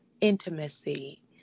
intimacy